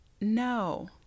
No